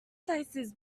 slices